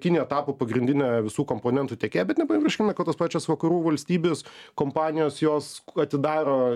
kinija tapo pagrindine visų komponentų tiekėja bet nepamirškime kad tos pačios vakarų valstybės kompanijos jos atidaro